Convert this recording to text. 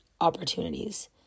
opportunities